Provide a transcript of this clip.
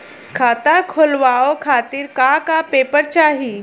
खाता खोलवाव खातिर का का पेपर चाही?